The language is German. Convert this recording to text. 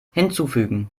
hinzufügen